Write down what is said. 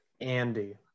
Andy